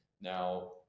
Now